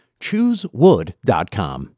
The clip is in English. ChooseWood.com